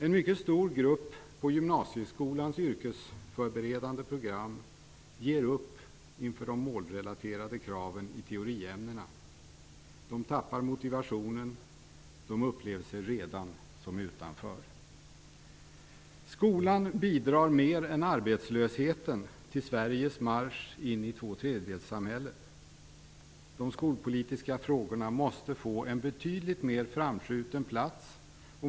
En mycket stor grupp på gymnasieskolans yrkesförberedande program ger upp inför de målrelaterade kraven i teoriämnena. De tappar motivationen, de upplever sig redan som utanför. Skolan bidrar mer än arbetslösheten till Sveriges marsch in i tvåtredjedelssamhället. De skolpolitiska frågorna måste få en betydligt mer framskjuten plats.